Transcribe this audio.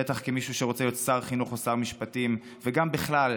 בטח כמישהו שרוצה להיות שר חינוך או שר משפטים וגם בכלל,